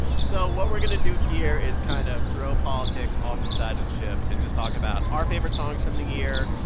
so what we're going to do here is kind of throw politics off the side of the ship and just talk about our favorite songs from the year,